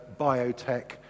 biotech